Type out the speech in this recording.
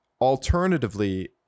alternatively